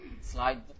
slide